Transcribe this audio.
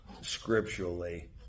scripturally